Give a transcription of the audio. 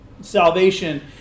salvation